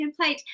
template